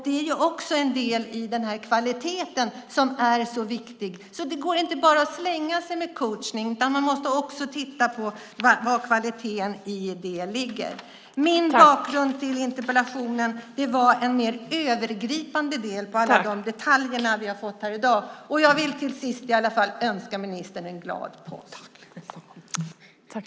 Det är också en del i den kvalitet som är så viktig. Det går alltså inte bara att slänga sig med coachning, utan man måste också titta på var kvaliteten i det ligger. Bakgrunden till min interpellation var en mer övergripande syn på alla de detaljer vi har fått här i dag. Jag vill till sist i alla fall önska ministern en glad påsk!